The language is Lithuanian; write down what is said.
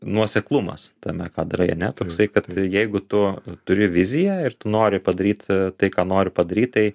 nuoseklumas tame ką darai ane toksai kad jeigu tu turi viziją ir tu nori padaryt tai ką nori padaryt tai